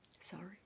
Sorry